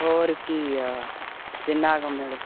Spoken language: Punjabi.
ਹੋਰ ਕੀ ਆ ਜਿੰਨਾ ਕੁ ਮਿਲੇ